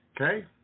Okay